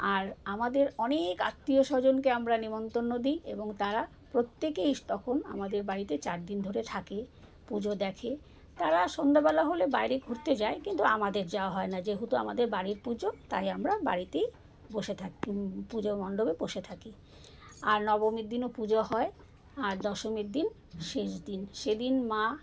আর আমাদের অনেক আত্মীয় স্বজনকে আমরা নেমন্তন্ন দিই এবং তারা প্রত্যেকেই তখন আমাদের বাড়িতে চার দিন ধরে থাকে পুজো দেখে তারা সন্ধ্যাবেলা হলে বাইরে ঘুরতে যায় কিন্তু আমাদের যাওয়া হয় না যেহেতু আমাদের বাড়ির পুজো তাই আমরা বাড়িতেই বসে থাকি পুজো মণ্ডপে বসে থাকি আর নবমীর দিনও পুজো হয় আর দশমীর দিন শেষ দিন সেদিন মা